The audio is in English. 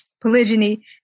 polygyny